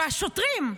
והשוטרים,